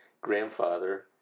grandfather